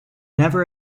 never